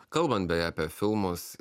kalbant beje apie filmus